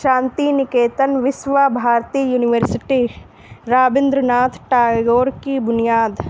شانتی Niketan Visva Bharati University Rabindranath Tagore کی بنیاد